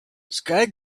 scattered